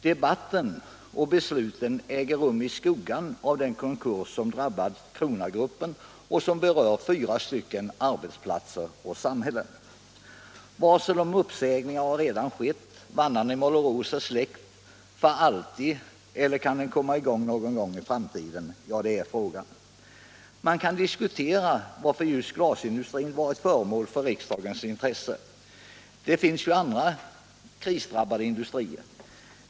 Debatten och besluten äger rum i skuggan av den konkurs som drabbat Kronagruppen och som berör fyra arbetsplatser och samhällen. Varsel om uppsägningar har redan skett. Vannan i Målerås är släckt för alltid — eller kan den komma i gång någon gång i framtiden? Det är frågan. Man kan diskutera varför just glasindustrin varit föremål för riksdagens intresse. Det finns ju andra krisdrabbade industrier.